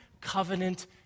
covenant